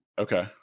okay